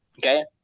Okay